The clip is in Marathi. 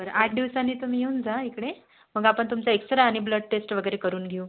बरं आठ दिवसांनी तुम्ही येऊन जा इकडे मग आपण तुमचा एक्सरा आणि ब्लड टेस्ट वगैरे करून घेऊ